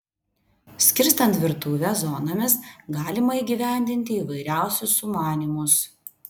skirstant virtuvę zonomis galima įgyvendinti įvairiausius sumanymus